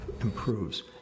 improves